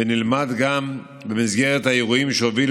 ונלמד גם במסגרת לימוד האירועים שהובילו